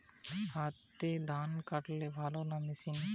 হাতে ধান কাটলে ভালো না মেশিনে?